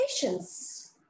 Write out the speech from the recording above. patients